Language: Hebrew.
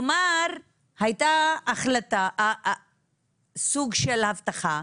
כלומר הייתה החלטה, סוג של הבטחה,